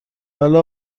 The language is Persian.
بله